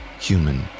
human